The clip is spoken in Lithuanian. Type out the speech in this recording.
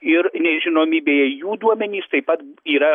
ir nežinomybėje jų duomenys taip pat yra